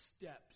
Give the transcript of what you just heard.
steps